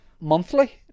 monthly